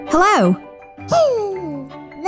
Hello